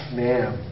ma'am